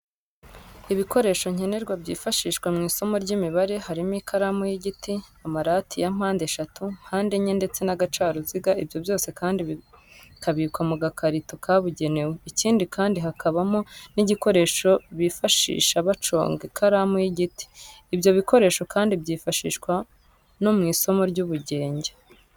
Ibikoresho nkenerwa byifashishwa mu isomo ry imibare harimo ikaramu y'igiti, amarati ya mpandeshatu, mpandenye ndetse n'agacaruziga ibyo byose kandi bikabikwa mu gakarito kabugenewe, ikindi kandi hakabamo n'igikoresho bifashisha baconga ikaramu y'igiti. Ibyo bikoresho kandi byifashishwa no mu isomo ry'ubugenge.